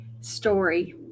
story